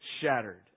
shattered